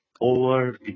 over